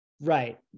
right